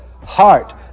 heart